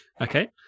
Okay